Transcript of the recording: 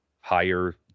higher